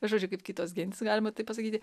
žodžiu kaip kitos gentys galima taip pasakyti